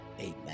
amen